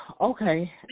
okay